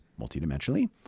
multidimensionally